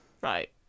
Right